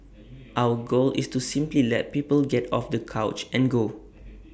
our goal is to simply let people get off the couch and go